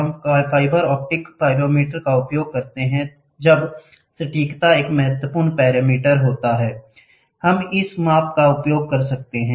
हम fibre optic pyrometer का उपयोग करते हैं जब सटीकता एक महत्वपूर्ण पैरामीटर है हम इस माप का उपयोग कर सकते हैं